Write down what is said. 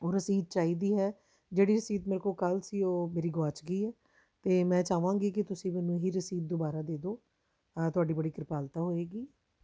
ਉਹ ਰਸੀਦ ਚਾਹੀਦੀ ਹੈ ਜਿਹੜੀ ਰਸੀਦ ਮੇਰੇ ਕੋਲ ਕੱਲ੍ਹ ਸੀ ਉਹ ਮੇਰੀ ਗੁਆਚ ਗਈ ਹੈ ਅਤੇ ਮੈਂ ਚਾਵਾਂਗੀ ਕਿ ਤੁਸੀਂ ਮੈਨੂੰ ਉਹੀ ਰਸੀਦ ਦੁਬਾਰਾ ਦੇ ਦਿਓ ਤੁਹਾਡੀ ਬੜੀ ਕ੍ਰਿਪਾਲਤਾ ਹੋਵੇਗੀ